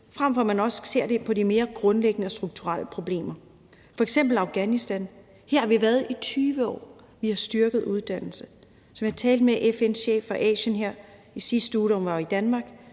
frem for at man også ser på de mere grundlæggende og strukturelle problemer som f.eks. i Afghanistan. Her har vi været i 20 år. Vi har styrket uddannelse. Som jeg talte med FN's chef for Asien om her i sidste uge, da hun var i Danmark,